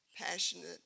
passionate